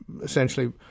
essentially